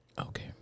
okay